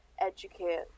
educate